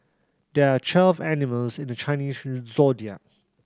there are twelve animals in the Chinese Zodiac